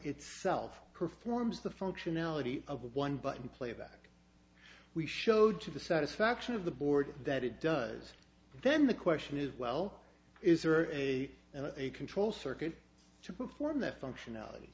itself performs the functionality of a one button play that we showed to the satisfaction of the board that it does then the question is well is there a that they control circuits to perform that functionality